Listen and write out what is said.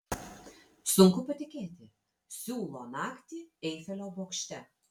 sunku patikėti siūlo naktį eifelio bokšte